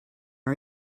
are